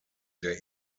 der